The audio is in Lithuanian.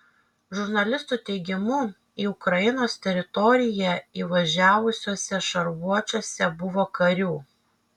žurnalistų teigimu į ukrainos teritoriją įvažiavusiuose šarvuočiuose buvo karių